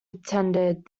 attended